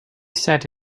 set